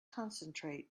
concentrate